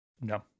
No